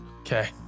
Okay